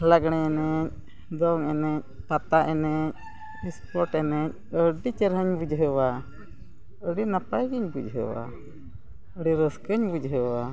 ᱞᱟᱜᱽᱲᱮ ᱮᱱᱮᱡ ᱫᱚᱝ ᱮᱱᱮᱡ ᱯᱟᱛᱟ ᱮᱱᱮᱡ ᱮᱥᱯᱳᱨᱴ ᱮᱱᱮᱡ ᱟᱹᱰᱤ ᱪᱮᱨᱦᱟᱧ ᱵᱩᱡᱷᱟᱹᱣᱟ ᱟᱹᱰᱤ ᱱᱟᱯᱟᱭ ᱜᱮᱧ ᱵᱩᱡᱷᱟᱹᱣᱟ ᱟᱹᱰᱤ ᱨᱟᱹᱥᱠᱟᱹᱧ ᱵᱩᱡᱷᱟᱹᱣᱟ